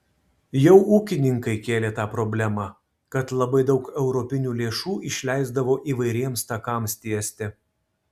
jau ūkininkai kėlė tą problemą kad labai daug europinių lėšų išleisdavo įvairiems takams tiesti